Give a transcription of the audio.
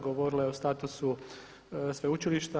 Govorila je o statusu sveučilišta.